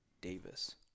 Davis